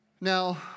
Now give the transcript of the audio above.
Now